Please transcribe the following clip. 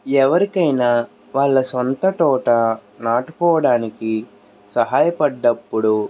ఎవరికైనా వాళ్ళ సొంత తోట నాటుకోవడానికి సహాయ పడినప్పుడు